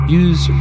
use